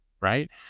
right